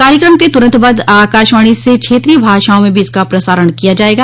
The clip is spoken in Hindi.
कार्यक्रम के तुरंत बाद आकाशवाणी से क्षेत्रीय भाषाओं में भी इसका प्रसारण किया जाएगा